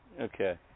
Okay